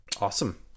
awesome